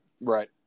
Right